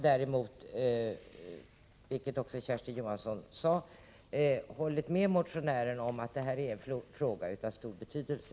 Däremot har man, som Kersti Johansson sade, hållit med motionären om att det här är en fråga av stor betydelse.